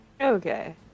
Okay